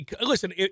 listen